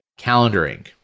calendaring